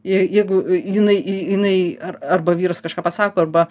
je jeigu jinai ji jinai ar arba vyras kažką pasako arba